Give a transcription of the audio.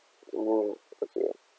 !wow! okay